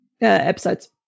episodes